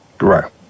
Right